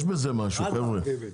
יש בזה משהו חבר'ה,